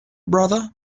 brother